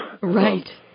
Right